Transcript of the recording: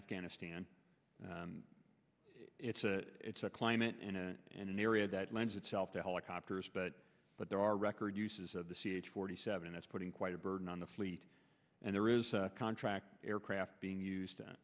afghanistan it's a it's a climate in a in an area that lends itself to helicopters but but there are record uses of the c h forty seven s putting quite a burden on the fleet and there is a contract aircraft being used to